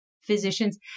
physicians